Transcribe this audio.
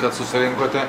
kad susirinkote